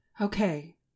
Okay